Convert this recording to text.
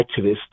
activist